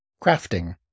crafting